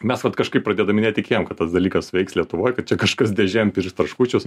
mes kažkaip pradedami netikėjom kad tas dalykas veiks lietuvoj kad čia kažkas dėžėm pirks traškučius